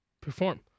perform